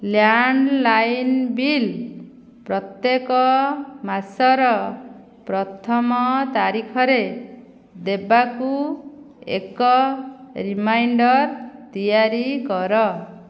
landline bill ପ୍ରତ୍ୟେକ ମାସର ପ୍ରଥମ ତାରିଖରେ ଦେବାକୁ ଏକ ରିମାଇଣ୍ଡର୍ ତିଆରି କର